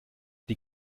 die